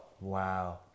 Wow